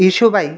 Yesubai